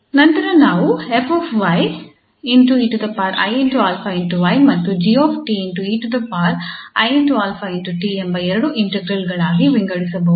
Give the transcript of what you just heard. ನಂತರ ನಾವು 𝑓𝑦𝑒𝑖𝛼𝑦 ಮತ್ತು 𝑔𝑡𝑒𝑖𝛼𝑡 ಎಂಬ ಎರಡು ಇಂಟಿಗ್ರಾಲ್ ಗಳಾಗಿ ವಿಂಗಡಿಸಬಹುದು